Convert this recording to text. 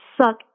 suck